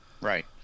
right